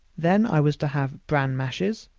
then i was to have bran mashes,